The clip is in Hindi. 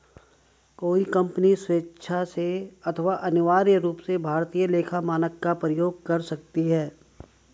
कोई कंपनी स्वेक्षा से अथवा अनिवार्य रूप से भारतीय लेखा मानक का प्रयोग कर सकती है